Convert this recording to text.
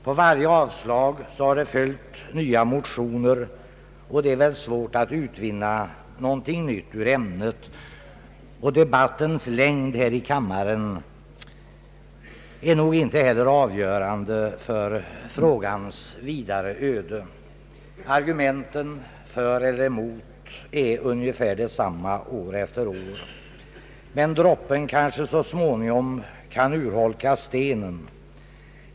På varje avslag har följt nya motioner, och det är väl svårt att utvinna något nytt ur ämnet. Debattens längd här i kammaren är nog inte heller avgörande för frågans vidare öde. Argumenten för eller emot är ungefär de samma år efter år, men droppen kanske så småningom kan urholka stenen.